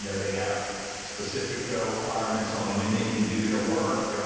you know they have specific requirements on when they can do their work.